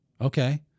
Okay